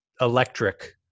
electric